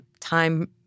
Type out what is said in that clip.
time